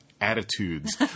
attitudes